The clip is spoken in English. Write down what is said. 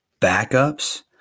backups